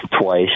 twice